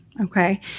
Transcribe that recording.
okay